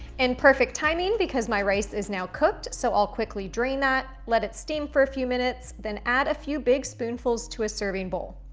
in perfect timing, because my rice is now cooked, so i'll quickly drain that, let it steam for a few minutes, then add a few big spoonfuls to a serving bowl.